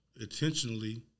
intentionally